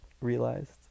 realized